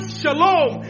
shalom